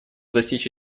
достичь